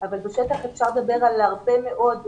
אבל בשטח אפשר לדבר על הרבה מאוד,